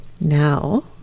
now